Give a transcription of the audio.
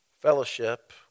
Fellowship